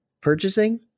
purchasing